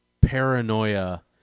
paranoia